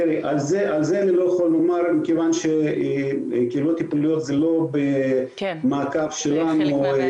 על זה אני לא יכול לומר מכיוון שקהילות טיפוליות זה לא המעקב שלנו,